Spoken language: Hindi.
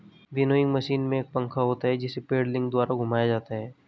विनोइंग मशीन में एक पंखा होता है जिसे पेडलिंग द्वारा घुमाया जाता है